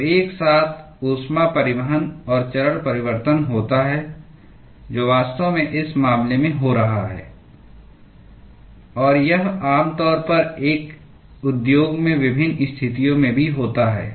तो एक साथ ऊष्मा परिवहन और चरण परिवर्तन होता है जो वास्तव में इस मामले में हो रहा है और यह आमतौर पर एक उद्योग में विभिन्न स्थितियों में भी होता है